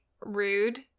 rude